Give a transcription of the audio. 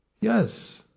Yes